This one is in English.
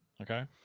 Okay